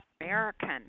American